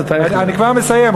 חבר הכנסת אייכלר, אני כבר מסיים.